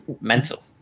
Mental